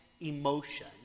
emotion